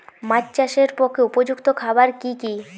মাছ চাষের পক্ষে উপযুক্ত খাবার কি কি?